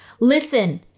listen